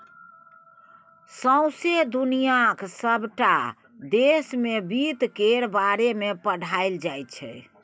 सौंसे दुनियाक सबटा देश मे बित्त केर बारे मे पढ़ाएल जाइ छै